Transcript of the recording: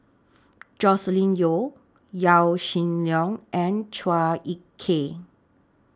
Joscelin Yeo Yaw Shin Leong and Chua Ek Kay